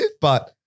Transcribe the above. but-